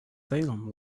salem